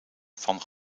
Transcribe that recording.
van